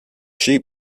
sheep